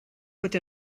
bod